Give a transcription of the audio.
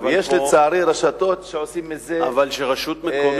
ויש לצערי רשתות שעושות מזה עסקים.